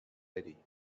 eddie